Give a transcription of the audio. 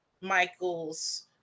Michael's